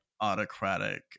autocratic